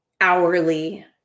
hourly